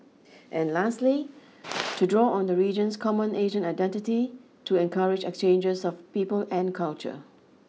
and lastly to draw on the region's common Asian identity to encourage exchanges of people and culture